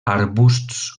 arbusts